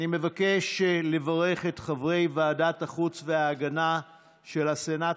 אני מבקש לברך את חברי ועדת החוץ וההגנה של הסנאט